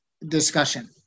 discussion